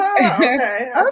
Okay